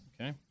Okay